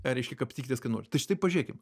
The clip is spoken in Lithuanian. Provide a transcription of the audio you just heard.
reiškia kapstykitės kai norit tai štai pažiūrėkim